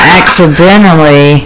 accidentally